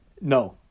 No